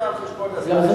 תן לה על-חשבון הזמן שלי.